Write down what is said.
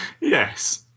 Yes